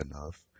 enough